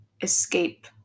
escape